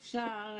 דרך צלחה.